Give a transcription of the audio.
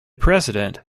president